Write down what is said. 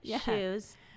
shoes